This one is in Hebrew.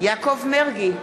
יעקב מרגי,